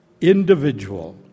individual